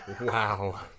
Wow